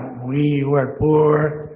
we were poor,